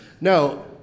No